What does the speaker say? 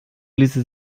ließe